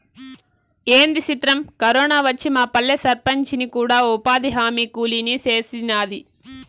ఏంది సిత్రం, కరోనా వచ్చి మాపల్లె సర్పంచిని కూడా ఉపాధిహామీ కూలీని సేసినాది